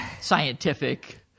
scientific